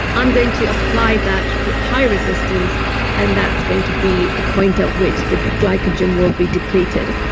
i'm going to apply that high resistance and that's going to be the point at which the glycogen will be depleted.